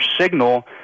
signal